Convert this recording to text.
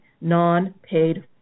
non-paid